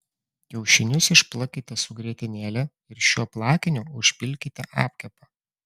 kiaušinius išplakite su grietinėle ir šiuo plakiniu užpilkite apkepą